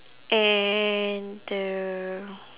and the